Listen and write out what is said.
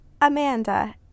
amanda